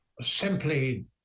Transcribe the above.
simply